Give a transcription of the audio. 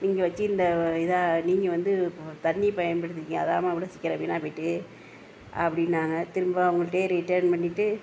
நீங்கள் வெச்சு இந்த இதை நீங்கள் வந்து தண்ணி பயன்படுத்திருக்கிங்க அதுதாம்மா அவ்வளோ சீக்கரம் வீணாக போய்ட்டு அப்டின்னாங்க திரும்ப அவங்கள்ட்டியே ரிட்டர்ன் பண்ணிட்டு